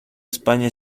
españa